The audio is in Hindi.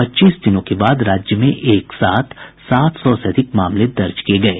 पच्चीस दिनों के बाद राज्य में एक साथ सात सौ से अधिक मामले दर्ज किये गये